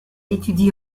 étudie